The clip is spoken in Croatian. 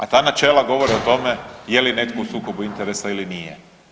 A ta načela govore o tome je li netko u sukobu interesa ili nije.